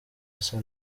asa